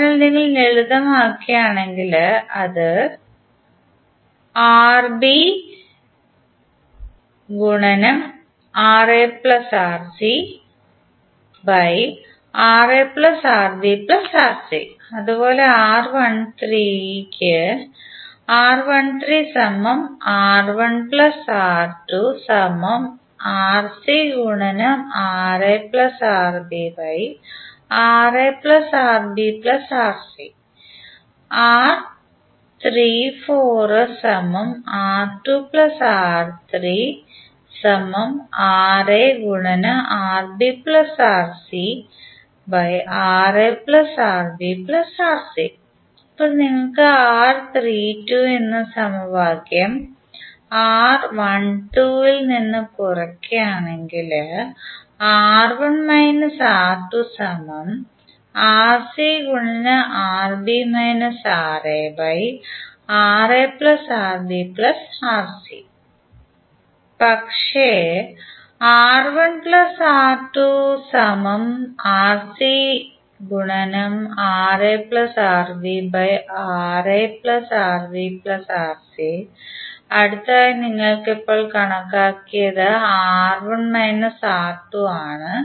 അതിനാൽ നിങ്ങൾ ലളിതമാക്കുകയാണെങ്കിൽ അത് അതുപോലെ R13 ന് ഇപ്പോൾ നിങ്ങൾ എന്ന സമവാക്യം ൽ നിന്ന് കുറയ്ക്കുകയാണെങ്കിൽ പക്ഷേ അടുത്തതായി നിങ്ങൾ ഇപ്പോൾ കണക്കാക്കിയത് R1 R2 ആണ്